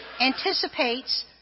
anticipates